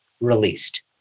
released